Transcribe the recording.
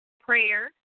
prayer